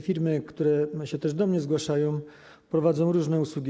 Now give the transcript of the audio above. Firmy, które się też do mnie zgłaszają, prowadzą różne usługi.